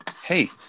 Hey